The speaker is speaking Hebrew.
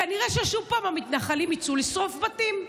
כנראה שוב המתנחלים יצאו לשרוף בתים.